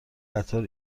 قطار